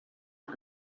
yng